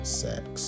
sex